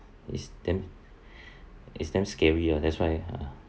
is damn is damn scary ah that's why